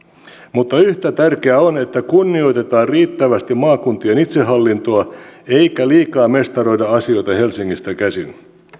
mutta yhtä tärkeää on että kunnioitetaan riittävästi maakuntien itsehallintoa eikä liikaa mestaroida asioita helsingistä käsin